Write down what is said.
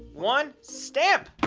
one, stamp!